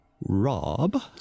Rob